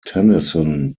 tennyson